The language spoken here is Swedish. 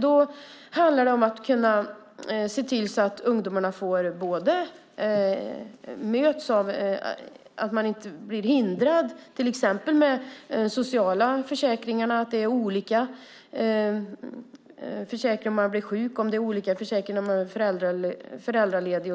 Då handlar det om att se till att de inte hindras, till exempel genom de sociala försäkringarna. Det kanske är olika försäkringsregler när man är sjuk eller föräldraledig.